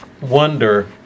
wonder